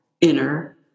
inner